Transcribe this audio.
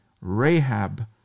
Rahab